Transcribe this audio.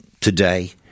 today